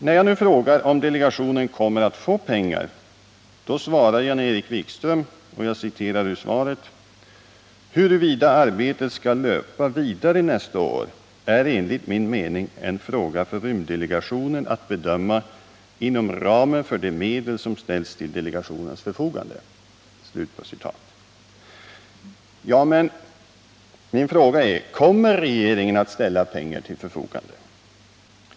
När jag nu frågar om delegationen kommer att få pengar, svarar Jan-Erik Wikström: ”Huruvida arbetet skall löpa vidare nästa år är enligt min mening en fråga för rymddelegationer: att bedöma inom ramen för de medel som ställs till delegationens förfogande.” Ja, men min fråga är: Kommer regeringen att ställa pengar till förfogande?